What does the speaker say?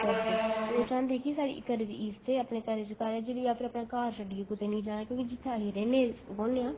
करदे कि ओह् चाहंदे हे कि साढ़ी घरै दी इज्जत ऐ अपने घरै च र'वै जेह्ड़ी फिर एह् अपना अपना घर छुड़ियै कुतै नेईं जाना क्योंकि जित्थें असी रैह्ने बौह्ने आं